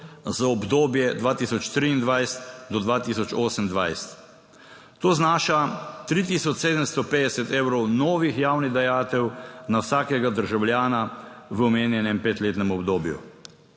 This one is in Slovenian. za obdobje 2023 do 2028, to znaša 3750 evrov novih javnih dajatev na vsakega državljana v omenjenem petletnem obdobju.